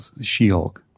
She-Hulk